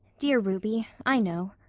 dear ruby, i know.